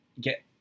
get